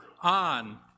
on